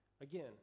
Again